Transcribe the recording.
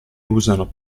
usano